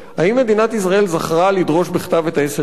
האם מדינת ישראל זכרה לדרוש בכתב את 10 הלירות,